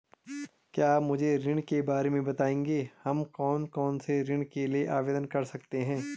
क्या आप मुझे ऋण के बारे में बताएँगे हम कौन कौनसे ऋण के लिए आवेदन कर सकते हैं?